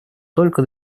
только